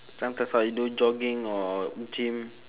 sometimes what you do jogging or gym